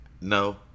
No